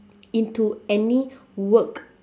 into any work